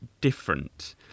different